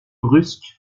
brusque